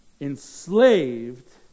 Enslaved